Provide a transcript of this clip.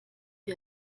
wie